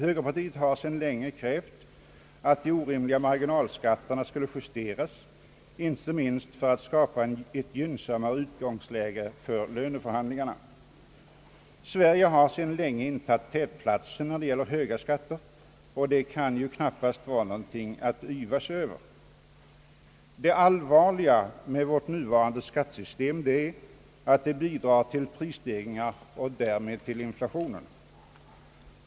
Högerpartiet har sedan länge krävt att de orimliga marginalskatterna skulle justeras, inte minst för att skapa ett gynnsammare utgångsläge för löneförhandlingarna. Sverige har sedan länge intagit tätplatsen när det gäller höga skatter, och det kan väl knappast vara någonting att yvas över. Det allvarliga med vårt nuvarande skattesystem är att det bidrar till prisstegringar och därmed till inflation.